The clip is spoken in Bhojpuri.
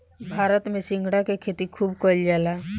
भारत में सिंघाड़ा के खेती खूब कईल जाला